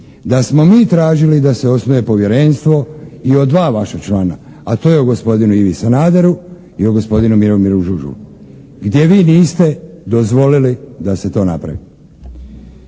da smo mi tražili da se osnuje povjerenstvo i o dva vaša člana, a to je o gospodinu Ivi Sanaderu i o gospodinu Miomiru Žužulu gdje vi niste dozvolili da se to napravi.